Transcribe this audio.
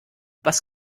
was